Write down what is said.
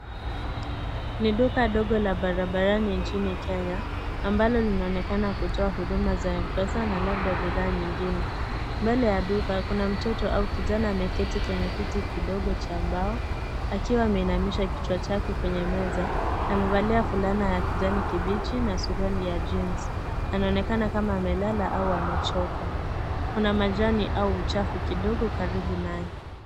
Ni duka dogo la barabarani inchini Kenya, ambalo linaonekana kutoa huduma za m-pesa na labda bidhaa nyingine. Mbele ya duka, kuna mtoto au kijana ameketi kwenye kiti kidogo cha mbao, akiwa ameinamisha kichwa chake kwenye meza. Amevalia vulana ya kijani kibichi na suruali ya jeans .Anaonekana kama amelala au amechoka. Kuna majani au uchafu kidogo Karibu naye.